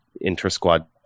inter-squad